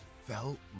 felt